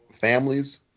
families